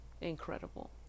Incredible